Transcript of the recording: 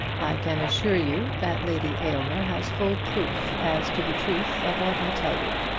can assure you that lady aylmer has full proof as to the truth of what i tell you.